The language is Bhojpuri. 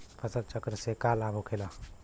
फसल चक्र से का लाभ होखेला?